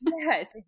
Yes